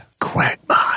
Quagmire